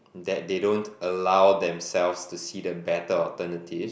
that they don't allow themselves to see the better alternatives